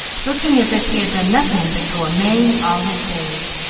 looking as if he had done nothing but go a maying all his days.